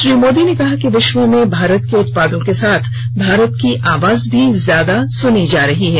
श्री मोदी ने कहा कि विश्व में भारत के उत्पादों के साथ भारत की आवाज भी ज्यादा सुनी जा रही है